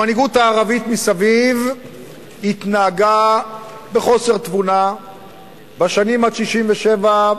המנהיגות הערבית מסביב התנהגה בחוסר תבונה בשנים עד 1967,